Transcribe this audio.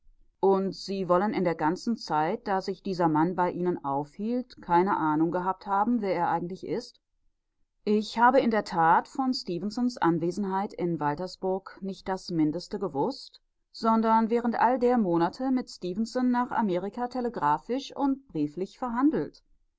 und sie wollen in der ganzen zeit da sich dieser mann bei ihnen aufhielt keine ahnung gehabt haben wer er eigentlich ist ich habe in der tat von stefensons anwesenheit in waltersburg nicht das mindeste gewußt sondern während all der monate mit stefenson nach amerika telegraphisch und brieflich verhandelt